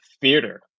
theater